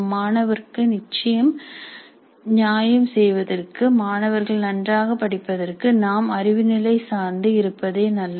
மாணவர்க்கு நியாயம் செய்வதற்கு மாணவர்கள் நன்றாக படிப்பதற்கு நாம் அறிவு நிலை சார்ந்து இருப்பதே நல்லது